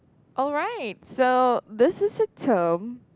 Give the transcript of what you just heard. alright so this is a term